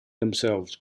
themselves